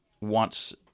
wants